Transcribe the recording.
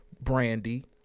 brandy